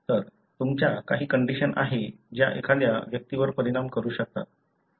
तर तुमच्या काही कंडिशन आहे ज्या एखाद्या व्यक्तीवर परिणाम करू शकतात